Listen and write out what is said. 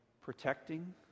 protecting